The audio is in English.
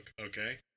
Okay